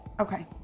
Okay